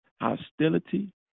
hostility